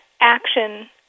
action